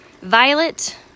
Violet